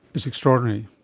it's extraordinary.